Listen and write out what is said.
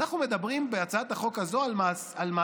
אנחנו מדברים בהצעת החוק הזו על מאסר